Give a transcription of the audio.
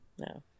No